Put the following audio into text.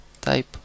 type